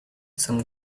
some